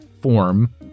form